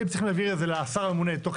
הם צריכים להעביר את זה לשר הממונה תוך